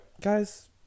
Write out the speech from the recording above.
Guys